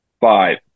Five